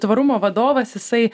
tvarumo vadovas jisai